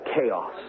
chaos